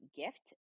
gift